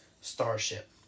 starship